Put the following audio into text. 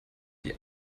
die